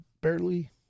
Barely